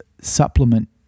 supplement